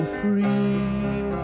free